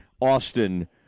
Austin